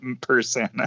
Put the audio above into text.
person